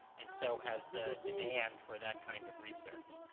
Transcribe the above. and so has the demand for that kind of research.